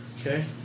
Okay